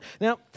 Now